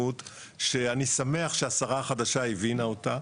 יש פה תמימות שאני שמח שהשרה החדשה הבינה אותה,